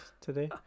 today